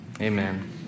amen